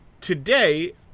today